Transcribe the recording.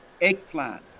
eggplant